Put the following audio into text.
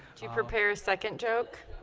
do you prepare a second joke?